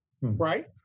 right